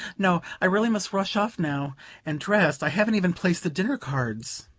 no, i really must rush off now and dress i haven't even placed the dinner-cards.